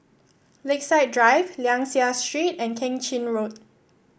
Lakeside Drive Liang Seah Street and Keng Chin Road